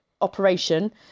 Operation